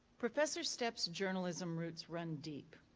professor stepp's journalism roots run deep.